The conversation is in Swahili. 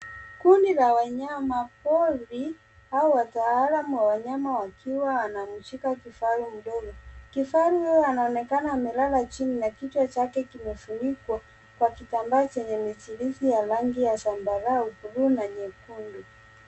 Kundi la wanyama pori au wataalam wa wanyama wakiwa wanamshika kifaru ndogo. Kifaru huyo anaonekana amelala chini na kichwa chake kimefunikwa kwa kitambaa Chenye michirizi ya rangi ya sambarau blue na nyekundu.